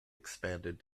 expanded